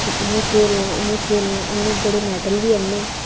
कि इ'यां खेलना इ'यां खेढना बड़े मैडल बी आह्नने